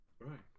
Right